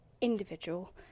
individual